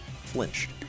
flinched